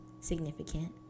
significant